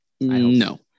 No